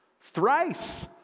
Thrice